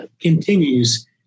continues